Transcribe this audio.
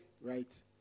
right